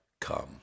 come